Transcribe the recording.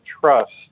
trust